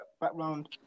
background